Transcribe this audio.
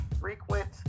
frequent